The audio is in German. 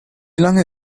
lange